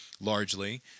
Largely